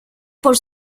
por